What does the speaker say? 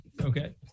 Okay